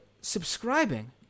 subscribing